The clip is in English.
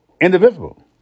indivisible